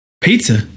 Pizza